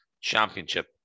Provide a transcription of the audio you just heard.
championship